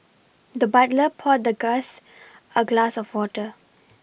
the butler poured the gass a glass of water